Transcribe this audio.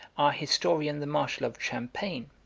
our historian the marshal of champagne,